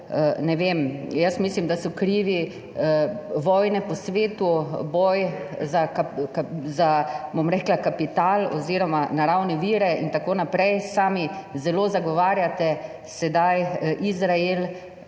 Ne vem. Jaz mislim, da so krivi vojne po svetu, boj za, bom rekla, kapital oziroma naravne vire in tako naprej. Sami zelo zagovarjate sedaj Izrael.